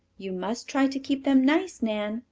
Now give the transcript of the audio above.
you must try to keep them nice, nan,